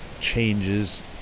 changes